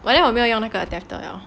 but then 我没有用那个 adapter 了